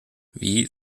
wie